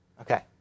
Okay